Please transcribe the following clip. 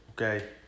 Okay